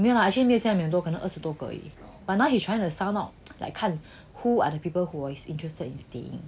没有啦 actually 没有很多二十多个而已看 who are the people who are interested in staying